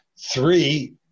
Three